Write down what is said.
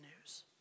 news